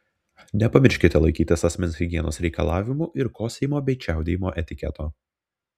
nepamirškite laikytis asmens higienos reikalavimų ir kosėjimo bei čiaudėjimo etiketo